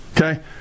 Okay